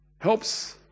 helps